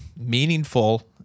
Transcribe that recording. meaningful